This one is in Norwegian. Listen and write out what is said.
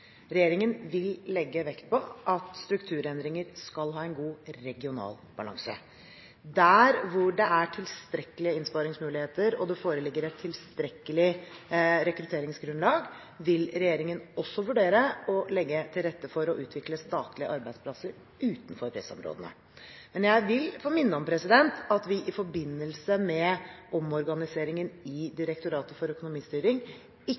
Regjeringen vil legge vekt på at strukturendringer skal ha en god regional balanse. Der hvor det er tilstrekkelige innsparingsmuligheter, og det foreligger et tilstrekkelig rekrutteringsgrunnlag, vil regjeringen også vurdere å legge til rette for å utvikle statlige arbeidsplasser utenfor pressområdene. Jeg vil få minne om at vi i forbindelse med omorganiseringen i Direktoratet for økonomistyring ikke flytter én eneste arbeidsplass til Oslo. I